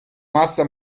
massa